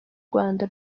rwanda